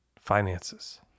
finances